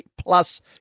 plus